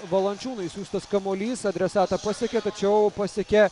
valančiūnui siųstas kamuolys adresatą pasiekia tačiau pasiekia